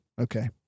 Okay